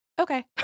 okay